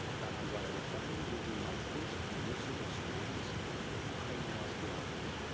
dr. viola frymann gave me my first immersive experience in cranial osteopathy.